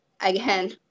again